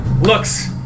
looks